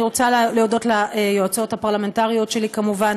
אני רוצה להודות ליועצות הפרלמנטריות שלי כמובן,